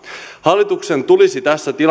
hallituksen tulisi